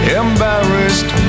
embarrassed